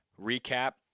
recap